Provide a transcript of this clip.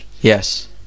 Yes